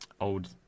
Old